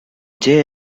jay